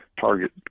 target